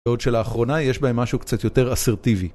בעוד שלאחרונה יש בהם משהו קצת יותר אסרטיבי